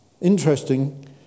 Interesting